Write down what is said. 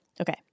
Okay